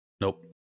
nope